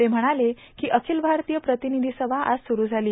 ते म्हणाले की अखिल भारतीय प्रतिनिधी सभा आज सुरू झाली